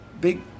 big